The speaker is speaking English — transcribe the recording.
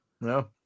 No